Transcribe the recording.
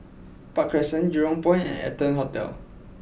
Park Crescent Jurong Point and Arton Hotel